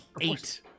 eight